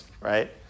right